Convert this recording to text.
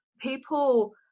people